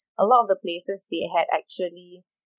a lot of the places they had actually